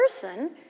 person